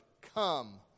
Come